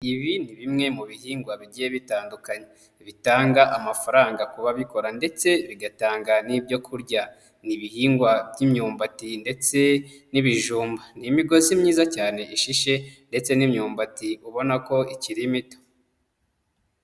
Ibi ni bimwe mu bihingwa bigiye bitandukanye bitanga amafaranga ku babikora ndetse bigatanga n'ibyo kurya, ni ibihingwa by'imyumbati ndetse n'ibijumba. Ni imigozi myiza cyane ishishe ndetse n'imyumbati ubona ko ikiri mito.